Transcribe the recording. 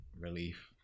relief